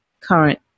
current